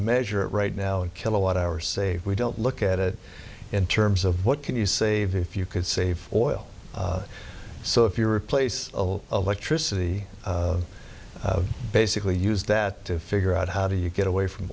measure it right now in kilowatt hour save we don't look at it in terms of what can you save if you could save or oil so if you replace electricity basically use that to figure out how do you get away from